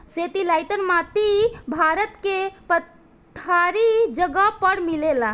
satellite माटी भारत के पठारी जगह पर मिलेला